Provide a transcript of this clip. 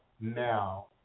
now